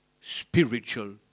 spiritual